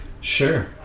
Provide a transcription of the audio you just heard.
sure